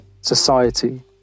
society